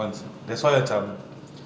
once that's why macam